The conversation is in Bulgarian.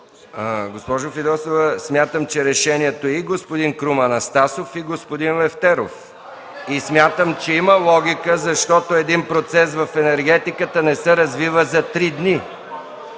Госпожо Фидосова, смятам, че решението е и господин Крум Анастасов, и господин Лефтеров. (Реплики от ГЕРБ.) Смятам, че има логика, защото един процес в енергетиката не се развива за три дни.